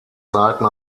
zeiten